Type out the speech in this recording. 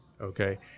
okay